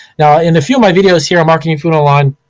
now in a few of my videos here on marketing food online,